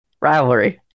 rivalry